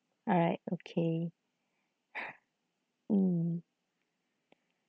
alright okay mm